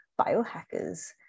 biohackers